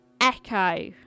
Echo